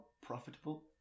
profitable